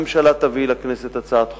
הממשלה תביא לכנסת הצעת חוק,